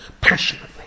passionately